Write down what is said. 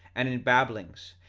and in babblings,